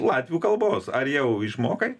latvių kalbos ar jau išmokai